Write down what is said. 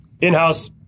in-house